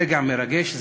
ברגע מרגש זה,